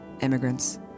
immigrants